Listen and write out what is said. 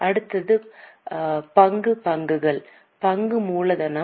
அடுத்தது பங்கு பங்குகள் பங்கு மூலதனம்